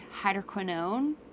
hydroquinone